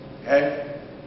Okay